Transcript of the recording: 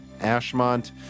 Ashmont